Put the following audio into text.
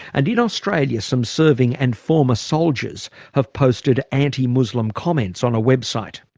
and in australia some serving and former soldiers have posted anti-muslim comments on a website.